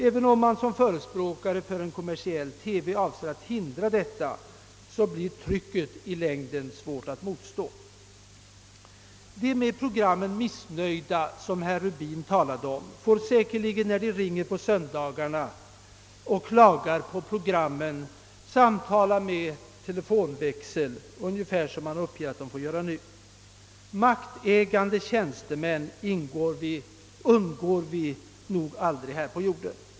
Även om förespråkarna för en kommersiell TV vill förhindra ett sådant inflytande, blir säkerligen trycket från annonsörerna i längden svårt att motstå. De med programmen missnöjda, vilka herr Rubin talade om, får säkerligen även om vi skulle få ett kommersiellt TV-företag — när de ringer på söndagarna för att klaga på programmen, samtala med en telefonist. Maktfullkomliga tjänstemän kommer vi nog aldrig att undgå här på jorden.